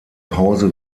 pause